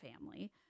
family